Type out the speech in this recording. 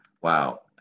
Wow